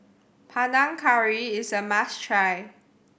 Panang Curry is a must try